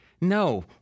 No